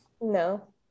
No